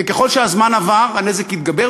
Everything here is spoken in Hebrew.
וככל שהזמן עבר הנזק התגבר,